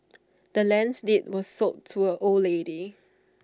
the land's deed was sold to A old lady